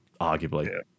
arguably